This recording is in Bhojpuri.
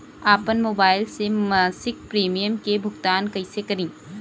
आपन मोबाइल से मसिक प्रिमियम के भुगतान कइसे करि?